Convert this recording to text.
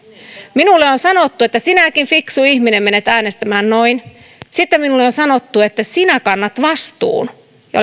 minulle on sanottu että sinäkin fiksu ihminen menet äänestämään noin sitten minulle on sanottu että sinä kannat vastuun ja